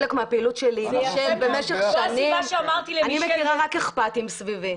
ואני מכירה רק אכפתיים סביבי.